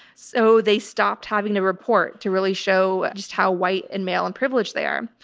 so they stopped having to report to really show just how white and male and privileged they are.